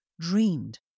dreamed